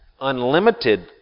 unlimited